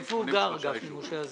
איפה גר גפני משה הזה?